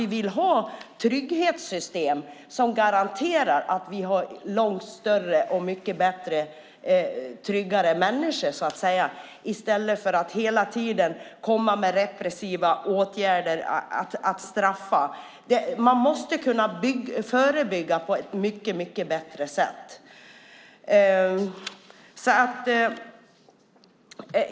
Vi vill ha trygghetssystem som garanterar att vi har långt fler och mycket tryggare människor i stället för att hela tiden komma med repressiva åtgärder. Man måste kunna förebygga på ett mycket bättre sätt.